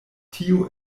tio